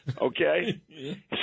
Okay